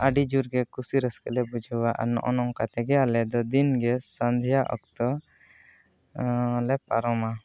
ᱟᱹᱰᱤ ᱡᱳᱨᱜᱮ ᱠᱩᱥᱤ ᱨᱟᱹᱥᱠᱟᱹᱞᱮ ᱵᱩᱡᱷᱟᱹᱣᱟ ᱱᱚᱜᱼᱚ ᱱᱚᱝᱠᱟ ᱛᱮᱜᱮ ᱟᱞᱮ ᱫᱚ ᱫᱤᱱᱜᱮ ᱥᱚᱱᱫᱷᱟ ᱚᱠᱛᱚ ᱚᱻ ᱞᱮ ᱯᱟᱨᱚᱢᱟ